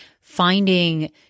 finding